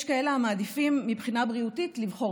יש כאלה המעדיפים מבחינה בריאותית לבחור